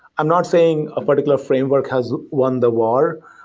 i'm not saying a particular framework has won the war,